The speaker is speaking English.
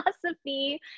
philosophy